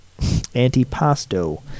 antipasto